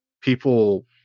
people